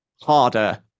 harder